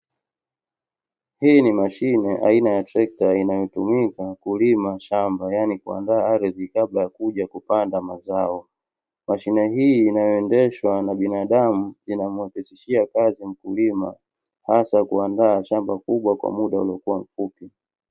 Hii ni mashine aina ya trekta inayotumika kulima shamba, yaani kuandaa ardhi kabla ya kuja kupanda mazao. Mashine hii inayoendeshwa na binadamu inamwepesishia kazi mkulima hasa kuandaa shamba kubwa kwa muda uliokuwa mfupi.